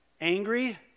angry